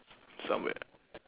somewhere